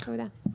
תודה.